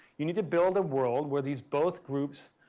you need to build a world where these both groups,